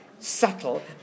Subtle